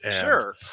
Sure